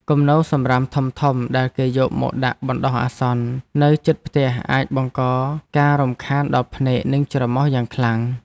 គំនរសំរាមធំៗដែលគេយកមកដាក់បណ្តោះអាសន្ននៅជិតផ្ទះអាចបង្កការរំខានដល់ភ្នែកនិងច្រមុះយ៉ាងខ្លាំង។